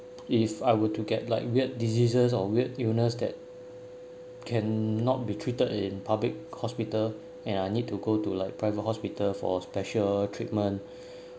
if I were to get like weird diseases or weird illness that can not be treated in public hospital and I need to go to like private hospital for special treatment